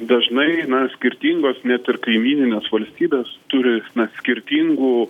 dažnai na skirtingos net ir kaimyninės valstybės turi skirtingų